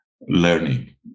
learning